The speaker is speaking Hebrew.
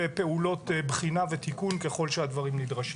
לפעולות בחינה ותיקון ככל שהדברים נדרשים.